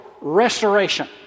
restoration